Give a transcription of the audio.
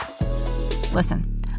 Listen